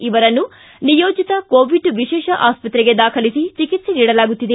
ಇವರನ್ನು ನಿಯೋಜಿತ ಕೋವಿಡ್ ವಿಶೇಷ ಆಸ್ತತ್ರೆಗೆ ದಾಖಲಿಸಿ ಚಿಕಿತ್ಸೆ ನೀಡಲಾಗುತ್ತಿದೆ